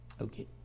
Okay